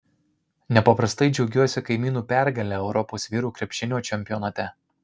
nepaprastai džiaugiuosi kaimynų pergale europos vyrų krepšinio čempionate